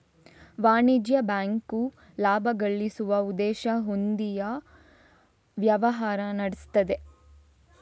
ವಾಣಿಜ್ಯ ಬ್ಯಾಂಕು ಲಾಭ ಗಳಿಸುವ ಉದ್ದೇಶ ಹೊಂದಿಯೇ ವ್ಯವಹಾರ ನಡೆಸ್ತವೆ